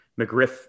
McGriff